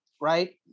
right